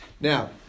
Now